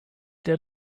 der